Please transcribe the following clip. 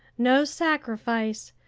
no sacrifice,